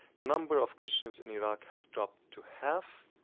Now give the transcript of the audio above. the number of christians in iraq have dropped to half.